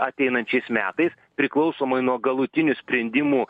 ateinančiais metais priklausomai nuo galutinių sprendimų